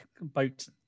boat